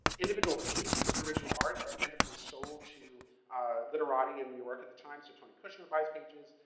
individual pages of the original art art end up being sold to literati in new york at the time. so tony kushner buys pages.